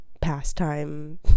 pastime